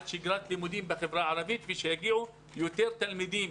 שגרת לימודים בחברה הערבית ושיגיעו יותר תלמידים,